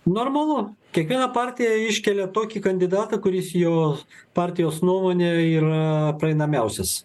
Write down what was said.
normalu kiekviena partija iškelia tokį kandidatą kuris jos partijos nuomone yra praeinamiausias